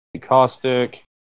Caustic